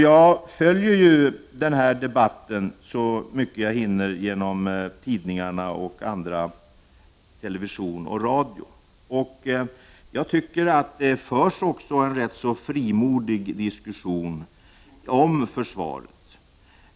Jag följer den här debatten i tidningar, radio och TV så mycket jag hinner. Det förs enligt min mening en ganska frimodig diskussion om försvaret.